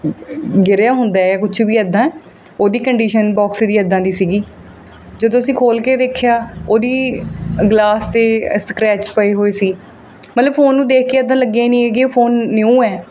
ਗਿਰਿਆ ਹੁੰਦਾ ਕੁਝ ਵੀ ਇੱਦਾਂ ਉਹਦੀ ਕੰਡੀਸ਼ਨ ਬੋਕਸ ਦੀ ਇੱਦਾਂ ਦੀ ਸੀਗੀ ਜਦੋਂ ਅਸੀਂ ਖੋਲ੍ਹ ਕੇ ਦੇਖਿਆ ਉਹਦੀ ਗਲਾਸ 'ਤੇ ਸਕਰੈਚ ਪਏ ਹੋਏ ਸੀ ਮਤਲਬ ਫੋਨ ਨੂੰ ਦੇਖ ਕੇ ਇੱਦਾਂ ਲੱਗਿਆ ਹੀ ਨਹੀਂ ਕਿ ਉਹ ਫੋਨ ਨਿਊ ਹੈ